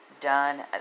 done